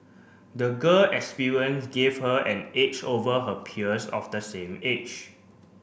the girl experience give her an edge over her peers of the same age